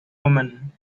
woman